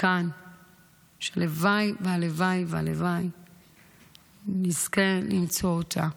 שהלוואי והלוואי נזכה למצוא אותה,